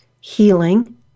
healing